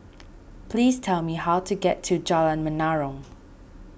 please tell me how to get to Jalan Menarong